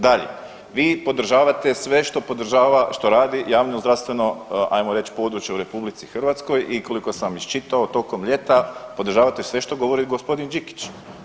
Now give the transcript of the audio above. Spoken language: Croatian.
Dalje, vi podržavate sve što podržava što radi javnozdravstveno ajmo reć područje u RH i koliko sam iščitao tokom ljeta, podržavate sve što govori g. Đikić.